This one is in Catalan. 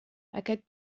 aquest